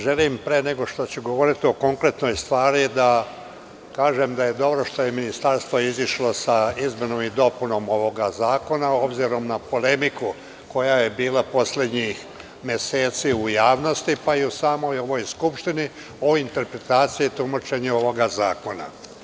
Želim, pre nego što ću govoriti o konkretnoj stvari, da kažem da je dobro što je Ministarstvo izašlo sa izmenom i dopunom ovog zakona, obzirom na polemiku koja je bila poslednjih meseci u javnosti, pa je u samoj ovoj Skupštini, o interpretaciji tumačenja ovoga zakona.